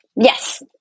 yes